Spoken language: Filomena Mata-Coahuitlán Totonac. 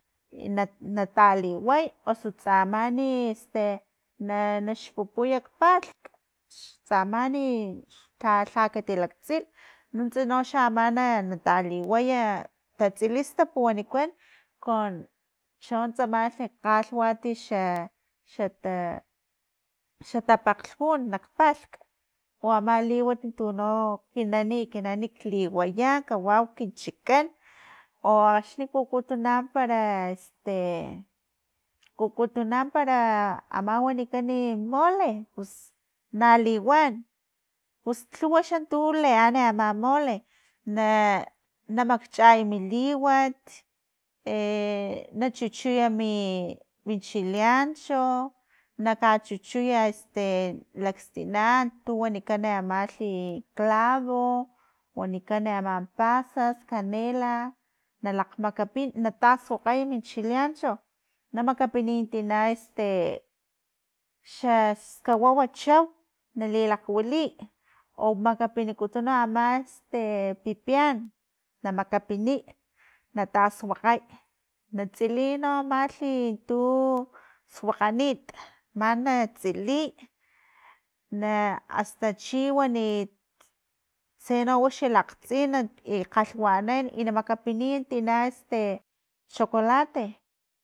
I na- na taliway osu tsamani este na naxpupuy nak palhk tsamani ni lha lha katilaktsil nuntsa noxa ama nata liwaya tatsilistap wanikan con chontsamalhi kgalhwat xa- xata- xatapakglhjun nak palhk o ama na liwat liwat untuno ekinan nik liwaya kawau kinchikan o axni kukutuna para "este" e kukutuna para ama wanikan ni mole pus na liwan, pus lhuwa xa tu lian- lian ama mole na namakchay mi liwat e nachuchuy mimi chileancho na kachuchuya este lakstina, tu wanikani amalhi, clavo, wanikani ama pasas, canela, nalakgmakapin na tasuakgay min chileancho, na makapiniy tina "este" xaskawawa chau, nalilakgwiliy o makapinikutuna ama "este" pipian na makapiniy na tasuakgay na tsiliy no amalhi tu, suakganit mani natsiliy na asta chiwani tse nawixi lakgtsin i kgalhwanan i na makapiniy tina "este", chocolate.